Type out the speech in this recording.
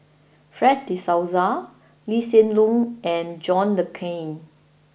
Fred De Souza Lee Hsien Loong and John Le Cain